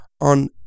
on